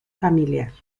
familiar